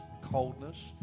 coldness